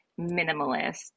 minimalist